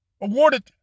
awarded